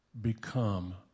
become